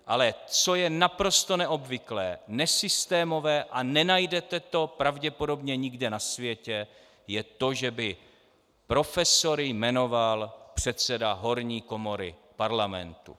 Ale co je naprosto neobvyklé, nesystémové a nenajdete to pravděpodobně nikde na světě, je to, že by profesory jmenoval předseda horní komory parlamentu.